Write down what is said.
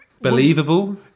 believable